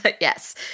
yes